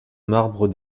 marbre